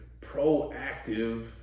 proactive